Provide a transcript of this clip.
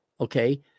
Okay